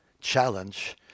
challenge